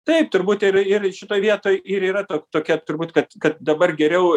taip turbūt ir ir šitoj vietoj ir yra ta tokia turbūt kad kad dabar geriau